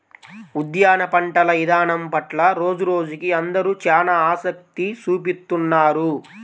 ఉద్యాన పంటల ఇదానం పట్ల రోజురోజుకీ అందరూ చానా ఆసక్తి చూపిత్తున్నారు